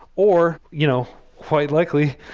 or, you know quite likely,